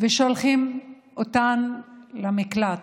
ושולחים אותן למקלט,